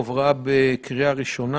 שהועברה בקריאה ראשונה,